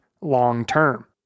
long-term